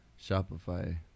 Shopify